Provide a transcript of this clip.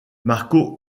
marco